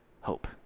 hope